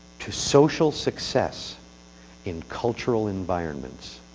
to social success in cultural environments,